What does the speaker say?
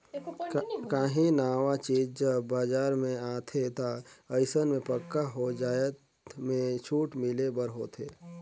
काहीं नावा चीज जब बजार में आथे ता अइसन में पक्का ओ जाएत में छूट मिले बर होथे